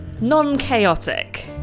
non-chaotic